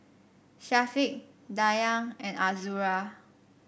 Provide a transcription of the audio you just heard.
Syafiq Dayang and Azura